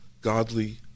godly